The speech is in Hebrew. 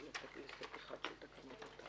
הישיבה ננעלה בשעה 09:40.